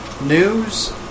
news